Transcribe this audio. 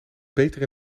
beter